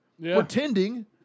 pretending